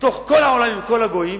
מתוך כל העולם עם כל הגויים,